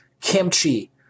kimchi